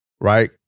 right